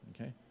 okay